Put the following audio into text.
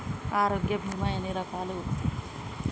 ఆరోగ్య బీమా ఎన్ని రకాలు?